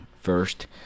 first